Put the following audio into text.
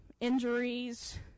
injuries